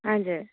हजुर